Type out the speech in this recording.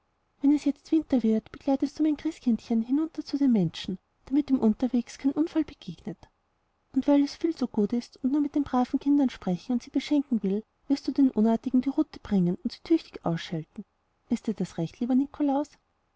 wenn es jetzt winter wird begleitest du mein christkindchen hinunter zu den menschen damit ihm unterwegs kein unfall begegnet und weil es viel zu gut ist und nur mit den braven kindern sprechen und sie beschenken will wirst du den unartigen eine rute bringen und sie tüchtig ausschelten ist dir das recht lieber nikolaus